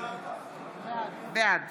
בעד